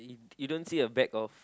you don't see a bag of